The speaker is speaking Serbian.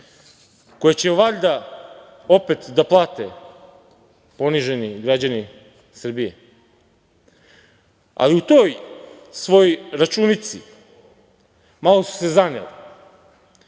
koje će valjda opet da plate poniženi građani Srbiji. Ali, u toj svojoj računici malo su se zaneli.